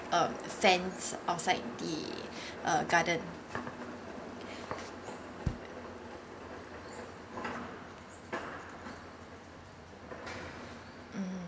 um fans outside the uh garden